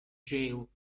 jail